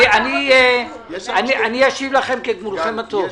אני אשיב לכם כגמולכם הטוב.